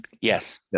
Yes